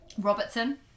Robertson